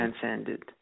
transcended